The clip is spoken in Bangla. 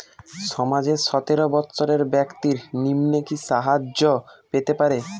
সমাজের সতেরো বৎসরের ব্যাক্তির নিম্নে কি সাহায্য পেতে পারে?